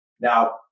Now